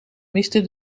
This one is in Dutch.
miste